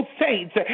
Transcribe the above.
saints